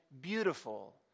beautiful